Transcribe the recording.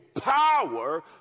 power